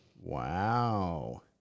Wow